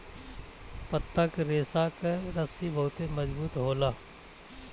पत्ता के रेशा कअ रस्सी बहुते मजबूत होला